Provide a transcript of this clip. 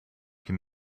can